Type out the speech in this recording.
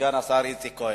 בסגן השר איציק כהן.